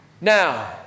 Now